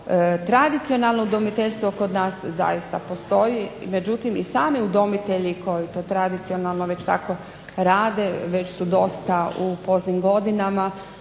Tradicionalno udomiteljstvo kod nas zaista postoji, međutim i sami udomitelji koji to tradicionalno već tako rade već su dosta u poznim godinama,